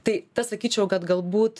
tai tas sakyčiau kad galbūt